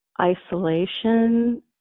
isolation